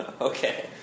Okay